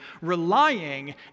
relying